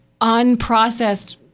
unprocessed